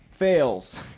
Fails